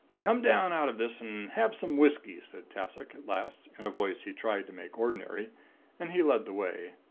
come down out of this, and have some whisky said tassoc, at last, in a voice he tried to make ordinary and he led the way.